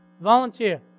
volunteer